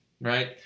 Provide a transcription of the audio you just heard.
right